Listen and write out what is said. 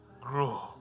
grow